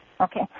Okay